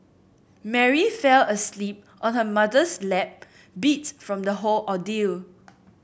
Mary fell asleep on her mother's lap beat from the whole ordeal